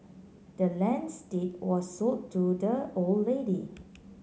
the land's deed were sold to the old lady